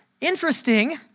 interesting